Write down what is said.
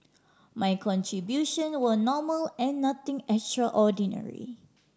my contribution were normal and nothing extraordinary